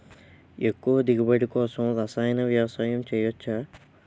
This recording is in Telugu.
ఎక్కువ దిగుబడి కోసం రసాయన వ్యవసాయం చేయచ్చ?